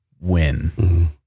win